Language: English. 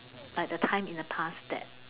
like the time in the past that